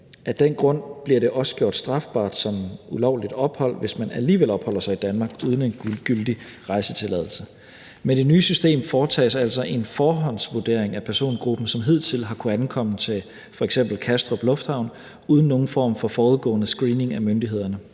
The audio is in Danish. Af den grund bliver det også gjort strafbart som ulovligt ophold, hvis man alligevel opholder sig i Danmark uden en gyldig rejsetilladelse. Med det nye system foretages altså en forhåndsvurdering af persongruppen, som hidtil har kunnet ankomme til f.eks. Kastrup lufthavn uden nogen form for forudgående screening af myndighederne.